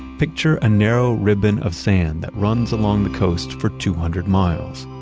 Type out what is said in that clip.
picture a narrow ribbon of sand that runs along the coast for two hundred miles.